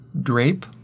drape